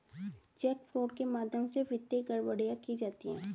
check fraud के माध्यम से वित्तीय गड़बड़ियां की जाती हैं